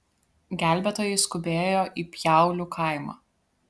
gelbėtojai skubėjo į pjaulių kaimą